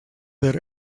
that